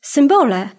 Symbole